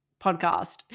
podcast